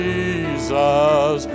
Jesus